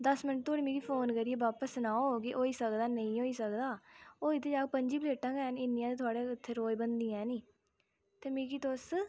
दस मैंट्ट धोड़ी मिगी फोन करियै बापस सनाओ कि होई सकदा नेईं होई सकदा होई ते जाह्ग पं'जी प्लेटां गै न इन्नियां थुआढ़े इत्थै रोज़ बनदियां न ते मिगी तुस